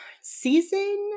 season